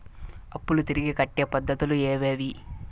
అప్పులు తిరిగి కట్టే పద్ధతులు ఏవేవి